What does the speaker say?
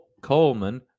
Coleman